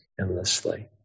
endlessly